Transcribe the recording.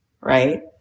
right